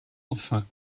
enfin